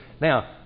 now